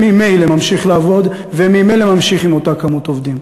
שממילא ממשיך לעבוד וממילא ממשיך עם אותה כמות עובדים.